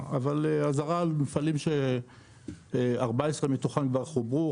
אבל אזהרה על מפעלים ש-14 מתוכם כבר חוברו,